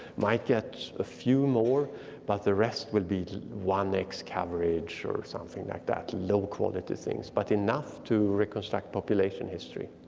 might get a few more but the rest will be one x coverage or something like that. low quality things but enough to reconstruct population history.